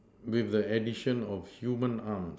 with the addition of human arms